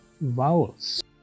vowels